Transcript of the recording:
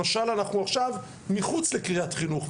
משל אנחנו עכשיו מחוץ לקריית חינוך,